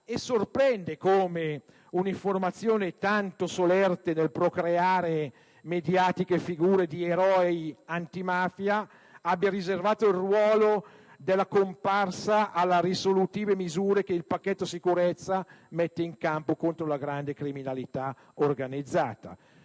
e sorprende come un'informazione tanto solerte nel procreare mediatiche figure di eroi antimafia abbia riservato il ruolo della comparsa alle risolutive misure che il pacchetto sicurezza mette in campo contro la grande criminalità organizzata.